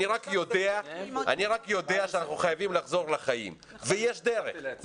אני רק יודע שאנחנו חייבים לחזור לחיים, ויש דרך.